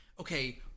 Okay